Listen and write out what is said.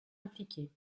impliqués